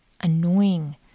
annoying